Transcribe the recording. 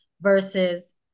versus